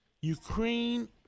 Ukraine